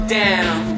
down